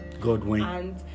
Godwin